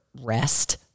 rest